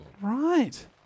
Right